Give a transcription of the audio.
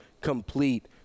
complete